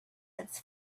its